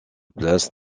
place